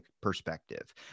perspective